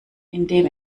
indem